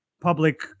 public